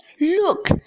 Look